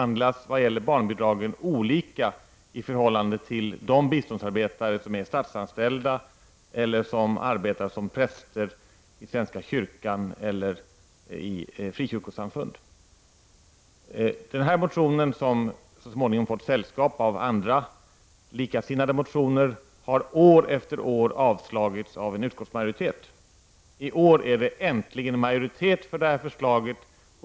När det gäller barnbidragen behandlas de annorlunda än de biståndsarbetare som är statligt anställda eller som arbetar som präster i svenska kyrkan eller något frikyrkosamfund. Den här motionen, som så småningom har fått sällskap av andra likasinnade motioner, har år efter år avstyrkts av en utskottsmajoritet. I år finns det äntligen majoritet för detta förslag.